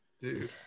dude